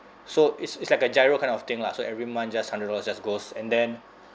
so it's it's like a giro kind of thing lah so every month just hundred dollars just goes and then